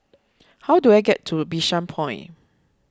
how do I get to Bishan Point